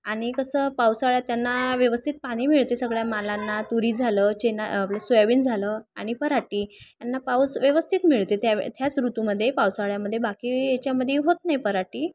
आणि कसं पावसाळ्यात त्यांना व्यवस्थित पाणी मिळते सगळ्या मालांना तुरी झालं चणा आपलं सोयाबीन झालं आणि पराटी यांना पाऊस व्यवस्थित मिळते त्या त्याच ऋतूमध्ये पावसाळ्यामध्ये बाकी याच्यामध्ये होत नाही पराटी